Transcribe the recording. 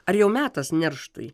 ar jau metas nerštui